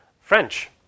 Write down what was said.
French